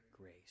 grace